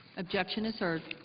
objection is heard.